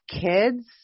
kids